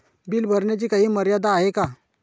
Bill भरण्याची काही मर्यादा आहे का?